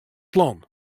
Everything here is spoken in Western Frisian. plan